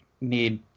need